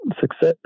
success